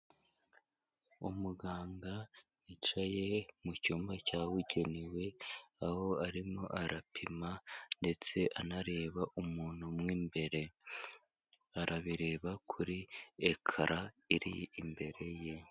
Umuganga yicaye mu icyumba cyabugenewe aho arimo arapima ndetse anareba umuntu umwe mbere. Arabireba kuri ekara iri imbere ye.